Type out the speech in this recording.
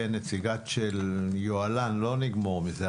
נציגה של יוהל"מ לא נגמור עם זה,